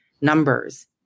numbers